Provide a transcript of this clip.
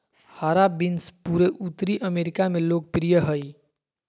हरा बीन्स पूरे उत्तरी अमेरिका में लोकप्रिय हइ